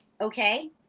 Okay